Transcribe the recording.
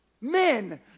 men